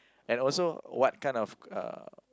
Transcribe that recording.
and also what kind of uh